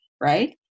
right